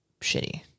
shitty